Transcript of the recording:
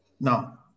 Now